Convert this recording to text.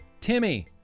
Timmy